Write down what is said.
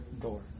door